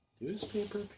Newspaper